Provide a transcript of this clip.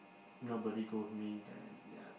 nobody go with me then ya